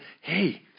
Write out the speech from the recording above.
hey